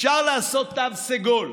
אפשר לעשות תו סגול.